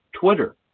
Twitter